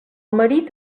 marit